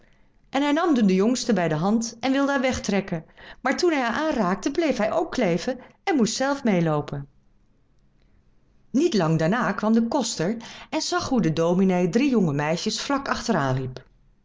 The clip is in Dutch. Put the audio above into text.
en hij nam de jongste bij de hand en wilde haar wegtrekken maar toen hij haar aanraakte bleef hij ook kleven en moest zelf meêloopen niet lang daarna kwam de koster en zag hoe de dominee drie jonge meisjes vlak achteraan